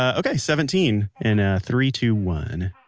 ah okay. seventeen. in ah three, two, one